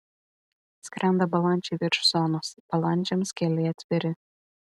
skrenda balandžiai virš zonos balandžiams keliai atviri